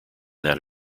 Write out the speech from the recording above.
that